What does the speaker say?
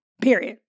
Period